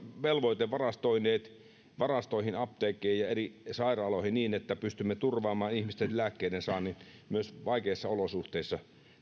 velvoitevarastoineet varastoihin apteekkeihin ja eri sairaaloihin niin että pystymme turvaamaan ihmisten lääkkeidensaannin myös vaikeissa olosuhteissa